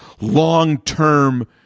long-term